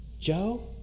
Joe